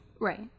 Right